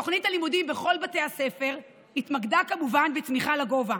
תוכנית הלימודים בכל בתי הספר התמקדה כמובן בצמיחה לגובה,